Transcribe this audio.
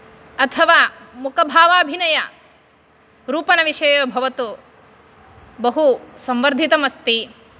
अथवा मुकभावाभिनयरूपणविषये भवतु बहु संवर्धितम् अस्ति